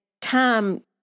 time